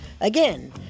Again